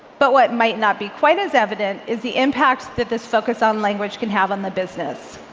but what might not be quite as evident is the impact that this focus on language can have on the business.